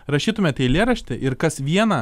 rašytumėt eilėraštį ir kas vieną